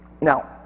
Now